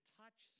touch